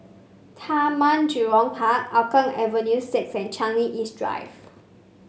Taman Jurong Park Hougang Avenue six and Changi East Drive